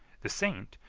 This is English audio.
the saint,